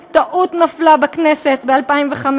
טעות, טעות נפלה בכנסת ב-2005,